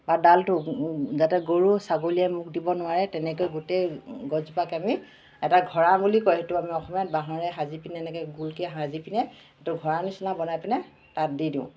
বা ডালটো যাতে গৰু ছাগলীয়ে মুখ দিব নোৱাৰে তেনেকৈ গোটেই গছজোপাকে আমি এটা ঘৰা বুলি কয় এইটো আমি অসমীয়াত বাঁহেৰে সাজি পিনে এনেকৈ গোলকৈ সাজি পিনে এইটো ঘৰা নিচিনা বনাই পিনে তাত দি দিওঁ